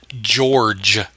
George